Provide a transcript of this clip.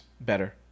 better